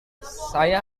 saya